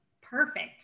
perfect